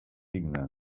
signe